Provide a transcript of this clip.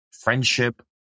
friendship